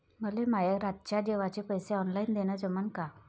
मले माये रातच्या जेवाचे पैसे ऑनलाईन देणं जमन का?